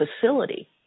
facility